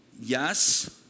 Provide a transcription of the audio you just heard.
Yes